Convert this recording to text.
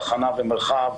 תחנה ומרחב,